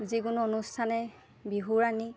যিকোনো অনুষ্ঠানে বিহুৰাণী